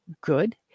good